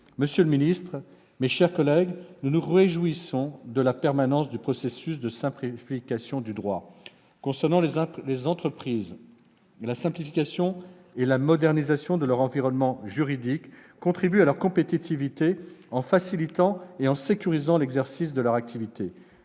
Monsieur le ministre, mes chers collègues, nous nous réjouissons de la permanence du processus de simplification du droit. La simplification et la modernisation de l'environnement juridique des entreprises contribuent à accroître leur compétitivité en facilitant et en sécurisant l'exercice de leurs activités.